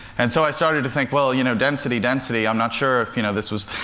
and so i started to think, well, you know, density, density i'm not sure if, you know, this was